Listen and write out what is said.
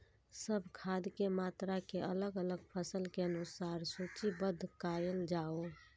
सब खाद के मात्रा के अलग अलग फसल के अनुसार सूचीबद्ध कायल जाओ?